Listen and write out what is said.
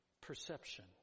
perception